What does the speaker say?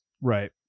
Right